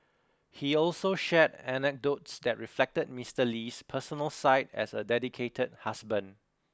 he also shared anecdotes that reflected Mister Lee's personal side as a dedicated husband